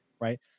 right